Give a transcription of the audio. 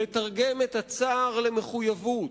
לתרגם את הצער למחויבות,